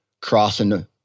crossing